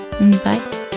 Bye